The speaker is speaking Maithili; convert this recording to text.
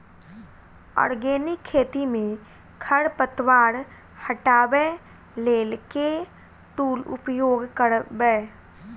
आर्गेनिक खेती मे खरपतवार हटाबै लेल केँ टूल उपयोग करबै?